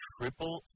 Triple